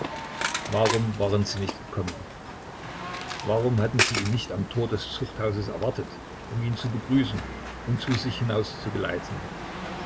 warum waren sie nicht gekommen warum hatten sie ihn nicht am tor des zuchthauses erwartet um ihn zu begrüßen und zu sich